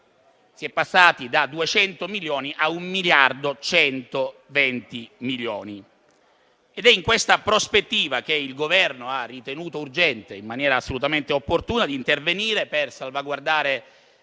si è passati da 200 milioni a 1,120 miliardi. È in questa prospettiva che il Governo ha ritenuto urgente - in maniera assolutamente opportuna - intervenire per salvaguardare